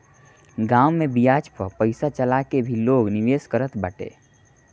गांव में बियाज पअ पईसा चला के भी लोग निवेश करत बाटे